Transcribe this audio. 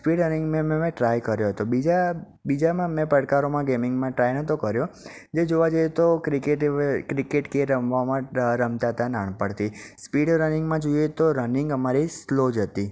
speed running મે મે મેં ટ્રાય કર્યો હતો બીજા બીજામાં મેં પડકારોમાં ગેમિંગમાં ટ્રાય નહોતો કર્યો જોવા જઈએ તો ક્રિકેટ ક્રિકેટ કે રમવામાં ર રમતા હતા નાનપણથી સ્પીડ રનિંગમાં જોઈએ તો રનિંગ અમારી સ્લો જ હતી